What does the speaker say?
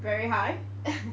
very high